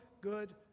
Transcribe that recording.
good